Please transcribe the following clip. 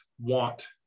want